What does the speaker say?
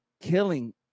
killing